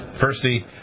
Firstly